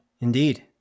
indeed